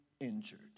injured